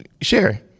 share